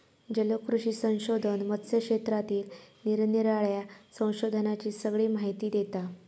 जलकृषी संशोधन मत्स्य क्षेत्रातील निरानिराळ्या संशोधनांची सगळी माहिती देता